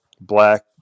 black